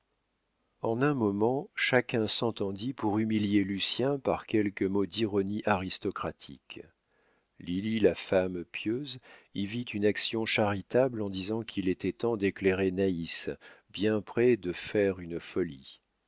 en un moment chacun s'entendit pour humilier lucien par quelque mot d'ironie aristocratique lili la femme pieuse y vit une action charitable en disant qu'il était temps d'éclairer naïs bien près de faire une folie